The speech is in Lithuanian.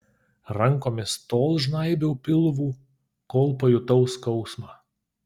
rankomis tol žnaibiau pilvų kol pajutau skausmą